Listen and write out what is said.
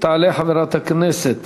תעלה חברת הכנסת